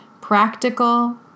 practical